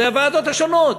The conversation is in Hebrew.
בוועדות השונות,